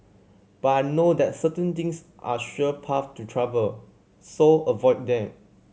but I know that certain things are sure paths to trouble so avoid them